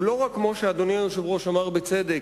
הוא לא רק, כמו שאדוני היושב-ראש אמר בצדק,